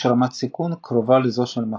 יש רמת סיכון קרובה לזו של המכונית.